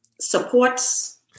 supports